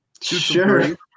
Sure